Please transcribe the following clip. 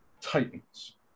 Titans